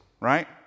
right